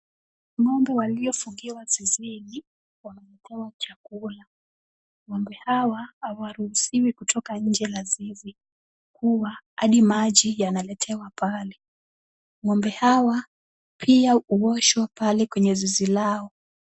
Ng'ombe waliofungiwa zizini wanapewa chakula. Ng'ombbe hawa hawruhusiwi kutoka nje la zizi. Kuwa hadi maji yanaletewa pale. Ng'ombe hawa pia huoshwa pale kwenye zizi lao.